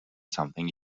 something